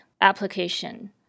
application